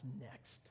next